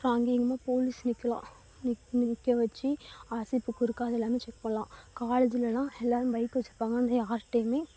அப்புறம் அங்கேயும் இங்கேயுமா போலீஸ் நிற்கலாம் நிற் நிற்க வச்சு ஆர்சி புக்கு இருக்கா அது எல்லாமே செக் பண்ணலாம் காலேஜில்லாம் எல்லாரும் பைக் வச்சுருப்பாங்க ஆனால் யார்ட்டையுமே